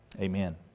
Amen